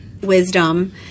wisdom